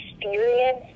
experience